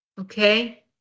Okay